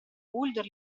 uldor